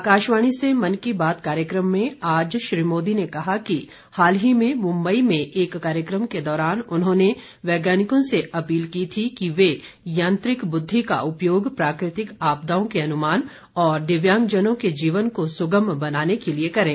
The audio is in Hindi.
आकाशवाणी से मन की बात कार्यक्रम में आज श्री मोदी ने कहा कि हाल ही में मुम्बई में एक कार्यक्रम के दौरान उन्होंने वैज्ञानिकों से अपील की थी कि वे यांत्रिक बुद्धि का उपयोग प्राकृतिक आपदाओं के अनुमान और दिव्यांगजनों के जीवन को सुगम बनाने के लिए करें